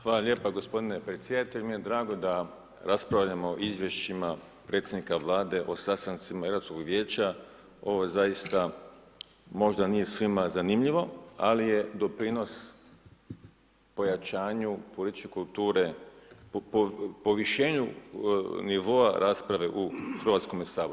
Hvala lijepa gospodine predsjedatelju, meni je drago da raspravljamo o izvješćima predsjednika Vlade o sastancima Europskog vijeća ovo je zaista možda nije svima zanimljivo ali je doprinos pojačanju političke kulture, povišenju nivo rasprave u Hrvatskome saboru.